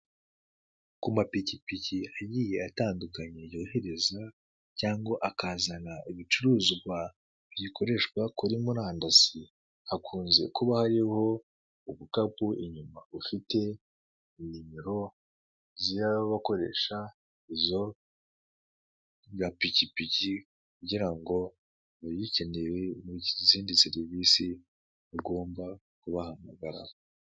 Ku mapikipiki agiye atandukanye yohereza cyangwa akazana ibicuruzwa bikoreshwa kuri murandasi, hakunze kuba hariho udukapu inyuma dufite nimero z'abakoresha izo gapikipiki kugira ngo abagikeneye mu izindi serivisi mugomba kubahamagarara.